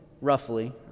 roughly